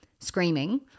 screaming